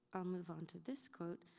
i'll move onto this quote.